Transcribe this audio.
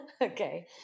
Okay